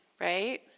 right